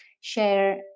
share